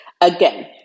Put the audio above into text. again